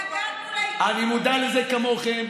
כמוכם,